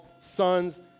sons